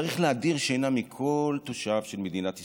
צריך להדיר שינה מכל תושב של מדינת ישראל,